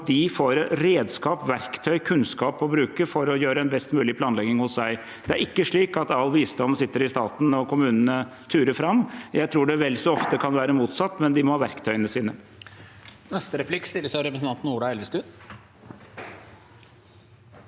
de får redskap, verktøy og kunnskap å bruke for å ha best mulig planlegging hos seg. Det er ikke slik at all visdom sitter i staten, og at kommunene turer fram. Jeg tror det vel så ofte kan være motsatt, men de må ha verktøyene sine.